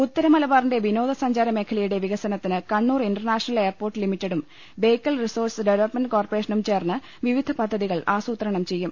ത്തര മലബാറിന്റെ വിനോദസഞ്ചാര മേഖലയുടെ വികസനത്തിന് കണ്ണൂർ ഇന്റർനാഷണൽ എയർപോർട്ട് ലിമിറ്റഡും ബേക്കൽ റിസോർട്സ് ഡെവലപ്മെന്റ് കോർപ്പറേഷനും ചേർന്ന് വിവിധ പദ്ധതികൾ ആസൂ ത്രണം ചെയ്യും